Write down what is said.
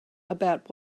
about